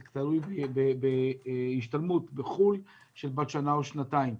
זה תלוי בהשתלמות בחו"ל בת שנה או שנתיים.